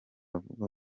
avuga